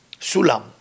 Sulam